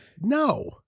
No